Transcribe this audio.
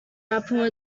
apple